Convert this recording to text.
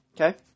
Okay